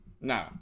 No